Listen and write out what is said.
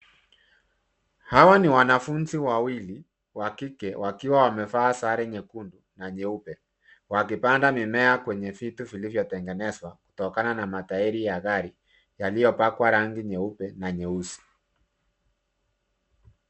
Hawa ni wanafunzi wawili wa kike wakiwa wamevaa sare nyekundu na nyeupe wakipanda mimea kwenye vitu vilivyotengenezwa kutokana na matairi ya gari yaliyopakwa rangi nyeupe na nyeusi.